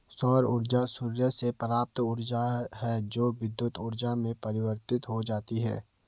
सौर ऊर्जा सूर्य से प्राप्त ऊर्जा है जो विद्युत ऊर्जा में परिवर्तित हो जाती है